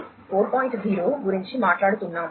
0 గురించి మాట్లాడుతున్నాం